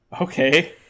Okay